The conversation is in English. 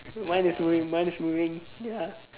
mine is moving mine is moving ya